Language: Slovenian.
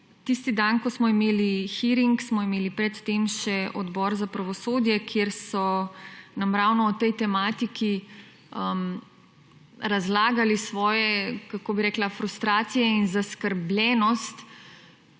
tisti dan, ko smo imeli hearing smo imeli pred tem še Odbor za pravosodje, kjer so nam ravno o tej tematiki razlagali svoje kako bi rekla frustracije in zaskrbljenost